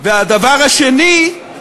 והדבר השני,